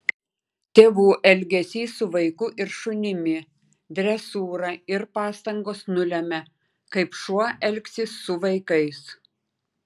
tėvų elgesys su vaiku ir šunimi dresūra ir pastangos nulemia kaip šuo elgsis su vaikais